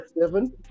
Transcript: seven